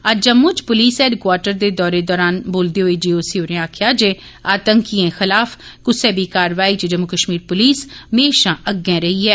अज्ज जम्मू च पुलस हैंडक्वाटर र्द दौरे दौरान बोलदे होई जी ओ सी होरे आक्खेआ जे आतंकिये खिलाफ कुसै बी कारवाई च जम्मू कश्मीर पुलस म्हेशां अग्गै रेई ऐ